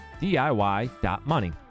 DIY.money